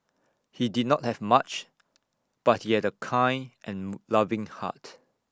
he did not have much but he had A kind and loving heart